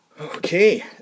Okay